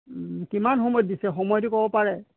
কিমান সময়ত দিছে সময়টো ক'ব পাৰে